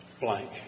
blank